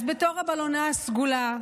אז בתור "הבלונה הסגולה",